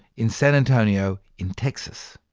in san antonio, in texas.